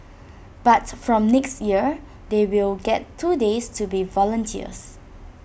but from next year they will get two days to be volunteers